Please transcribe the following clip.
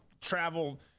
travel